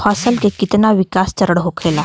फसल के कितना विकास चरण होखेला?